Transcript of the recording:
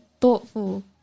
thoughtful